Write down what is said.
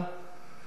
בעצם,